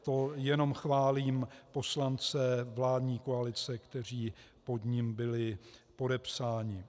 To jenom chválím poslance vládní koalice, kteří pod ním byli podepsáni.